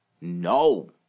No